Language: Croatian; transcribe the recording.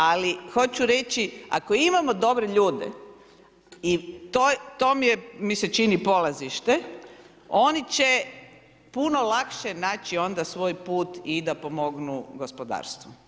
Ali hoću reći, ako imamo dobre ljude i to mi se čini polazište oni će puno lakše naći onda svoj put i da pomognu gospodarstvu.